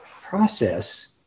process